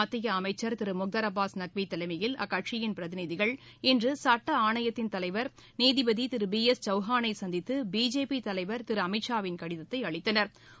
மத்தியஅமைச்சர் திருமுக்தார் அபாஸ் நக்விதலைமையில் அக்கட்சியின் பிரதிநிதிகள் இன்றுசட்டஆணையத்தின் தலைவர் நீதிபதிதிருபி எஸ் சௌஹானைசந்தித்து பிஜேபி தலைவர் திருஅமித்ஷா வின் கடிதத்தைஅளித்தனா்